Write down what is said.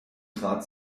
trat